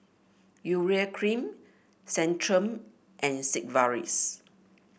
Urea Cream Centrum and Sigvaris